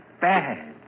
bad